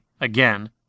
again